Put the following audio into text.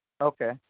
Okay